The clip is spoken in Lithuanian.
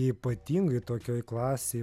ypatingai tokioj klasėj